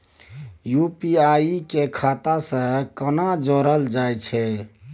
UPI के खाता सं केना जोरल जाए छै?